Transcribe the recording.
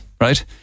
right